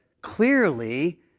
clearly